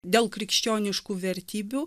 dėl krikščioniškų vertybių